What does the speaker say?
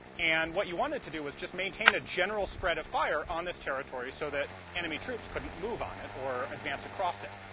and what you wanted to do was just maintain a general spread of fire on this territory so that enemy troops couldn't move on it or advance across it.